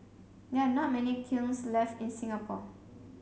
there are not many kilns left in Singapore